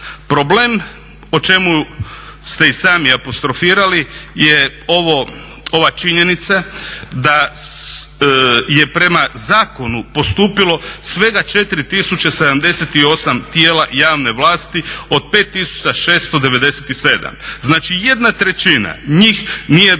Problem o čemu ste i sami apostrofirali je ova činjenica da je prema zakonu postupilo svega 4078 tijela javne vlasti od 5697. Znači jedna trećina, njih nije dostavila